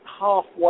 halfway